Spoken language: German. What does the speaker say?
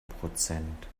prozent